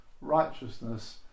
righteousness